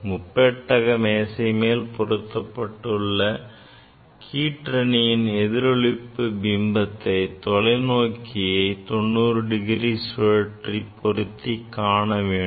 முப்பட்டக மேசைமேல் பொருத்தப்பட்டுள்ள கீற்றணியின் எதிரொளிப்பு பிம்பத்தை தொலைநோக்கியை 90 டிகிரி கோணத்தில் பொருத்தி காண வேண்டும்